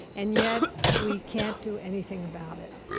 and yet we can't do anything about it,